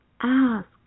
Ask